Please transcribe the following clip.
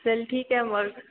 चल ठीक आहे मग